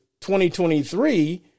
2023